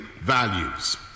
values